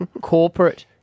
corporate